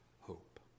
hope